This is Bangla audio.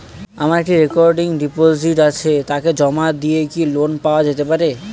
আমার একটি রেকরিং ডিপোজিট আছে তাকে জমা দিয়ে কি লোন পাওয়া যেতে পারে?